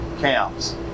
camps